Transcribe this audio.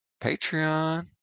Patreon